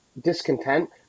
discontent